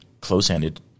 close-handed